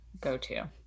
go-to